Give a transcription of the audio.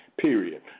Period